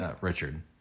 Richard